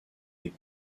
des